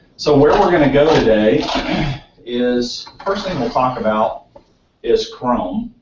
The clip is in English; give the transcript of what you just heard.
so where we're going to go today is first thing we'll talk about is chrome.